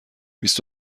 بیست